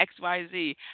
xyz